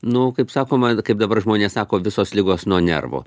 nu kaip sakoma kaip dabar žmonės sako visos ligos nuo nervų